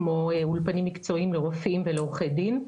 כמו אולפנים מקצועיים לרופאים ולעורכי דין.